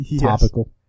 topical